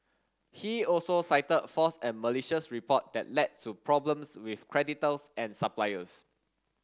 he also cited false and malicious report that led to problems with creditors and suppliers